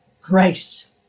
grace